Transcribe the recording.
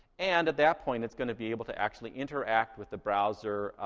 and at that point, it's gonna be able to actually interact with the browser,